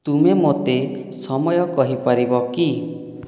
ତୁମେ ମୋତେ ସମୟ କହିପାରିବ କି